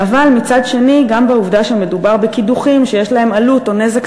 אבל מצד שני מדובר גם בקידוחים שיש להם עלות או נזק